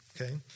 Okay